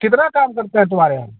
कितना काम करते है तुम्हारे यहाँ